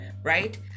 Right